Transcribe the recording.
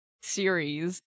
series